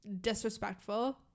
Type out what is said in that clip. disrespectful